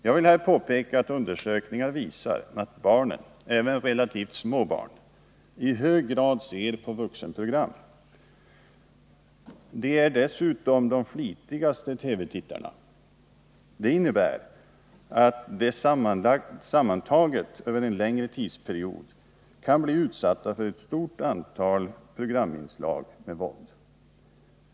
Jag vill här påpeka att undersökningar visar att barnen, även relativt små barn, i hög grad ser på vuxenprogram. De är dessutom de flitigaste TV-tittarna. Det innebär att de sammantaget under en längre tidsperiod kan bli utsatta för ett stort antal programinslag med våld.